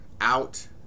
out